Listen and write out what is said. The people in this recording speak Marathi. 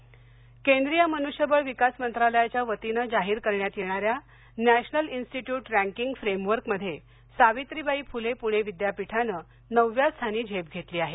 पूणे विद्यापीठ केंद्रीय मनुष्यबळ विकास मंत्रालयाच्या वतीने जाहीर करण्यात येणाऱ्या नॅशनल इन्स्टिट्यूट रँकिंग फ्रेमवर्कमध्ये सावित्रीबाई फुले पुणे विद्यापीठाने नवव्या स्थानी झेप घेतली आहे